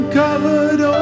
covered